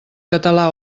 català